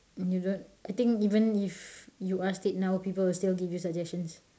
you don't I think even if you ask it now people would still give you suggestions